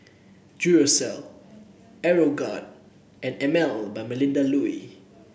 Duracell Aeroguard and Emel by Melinda Looi